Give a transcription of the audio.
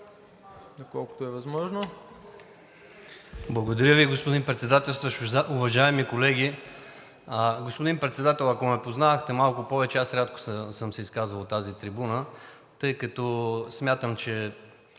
Благодаря Ви, господин Председателстващ. Уважаеми колеги! Господин Председател, ако ме познавате малко повече, аз рядко съм се изказвал от тази трибуна, тъй като смятам, че